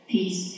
Peace